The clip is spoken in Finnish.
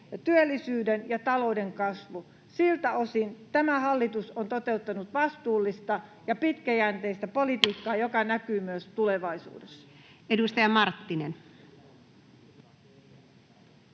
työllisyyden ja talouden kasvu. Siltä osin tämä hallitus on toteuttanut vastuullista ja pitkäjänteistä politiikkaa, joka näkyy myös tulevaisuudessa. [Speech